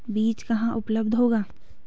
बीज कहाँ उपलब्ध होगा?